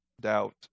doubt